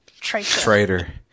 traitor